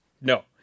no